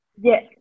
yes